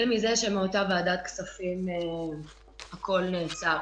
נתחיל מזה שמאותה ועדת כספים הכול נעצר